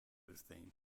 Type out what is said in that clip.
theme